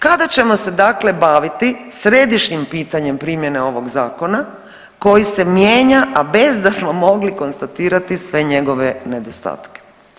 Kada ćemo se dakle baviti središnjim pitanjem primjene ovog zakona koji se mijenja, a bez da smo mogli konstatirati sve njegove nedostatke?